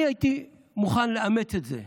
אני הייתי מוכן לאמץ את זה,